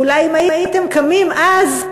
ואולי אם הייתם קמים אז,